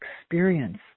experience